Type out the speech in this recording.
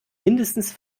mindestens